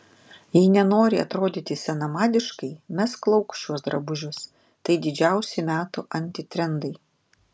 jei nenori atrodyti senamadiškai mesk lauk šiuos drabužius tai didžiausi metų antitrendai